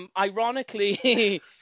Ironically